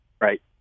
right